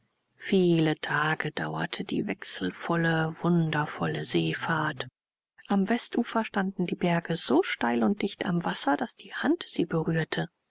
viele tage dauerte die wechselvolle wundervolle seefahrt am westufer standen die berge so steil und dicht am wasser daß die hand sie berührte